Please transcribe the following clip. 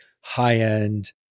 high-end